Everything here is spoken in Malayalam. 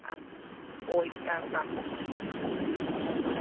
ആ പോയി ആ ആ ആ